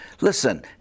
Listen